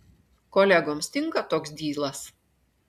kolegoms tinka toks dylas